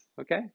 Okay